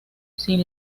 sin